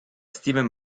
steven